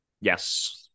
Yes